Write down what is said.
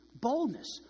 Boldness